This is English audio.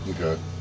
Okay